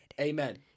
Amen